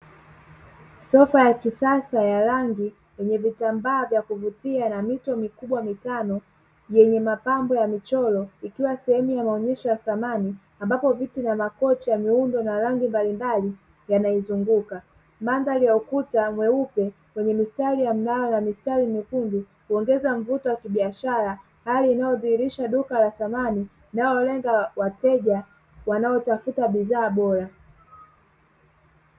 Sofa ya kisasa ya rangi yenye vitambaa vya kuvutia na mito mikubwa mitano yenye mapambo ya michoro ikiwa sehemu ya maonyesho ya samani ambapo viti na makochi yameundwa na rangi mbalimbali yanaizunguka. Mandhari ya ukuta mweupe wenye mistari ya mngao na mistari miekundu huongeza mvuto wa kibiashara, hali inayodhihirisha duka la samani linalolenga wateja wanaotafuta bidhaa bora.